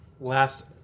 last